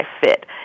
fit